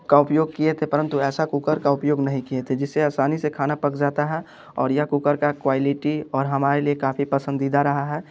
का उपयोग किए थे परंतु ऐसा कुकर का उपयोग नहीं किए थे जिससे आसानी से खाना पक जाता है और यह कुकर का क्वालिटी और हमारे लिए काफ़ी पसंदीदा रहा है